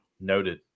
noted